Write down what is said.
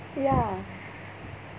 ya